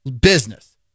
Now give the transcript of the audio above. business